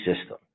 system